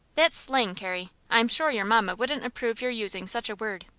that's slang, carrie. i am sure your mamma wouldn't approve your using such a word.